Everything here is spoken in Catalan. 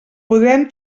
podem